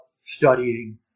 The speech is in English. studying